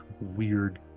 weird